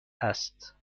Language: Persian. هست